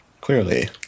Clearly